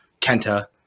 Kenta